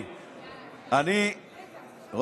בוודאי,